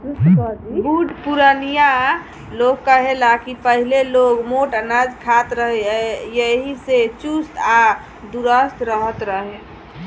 बुढ़ पुरानिया लोग कहे ला की पहिले लोग मोट अनाज खात रहे एही से चुस्त आ दुरुस्त रहत रहे